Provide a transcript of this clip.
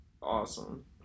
awesome